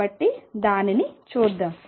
కాబట్టి దానిని చూద్దాం